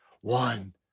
One